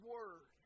Word